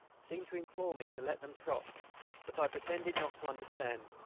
seemed to implore me to let them trot but i pretended not to understand,